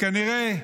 כנראה,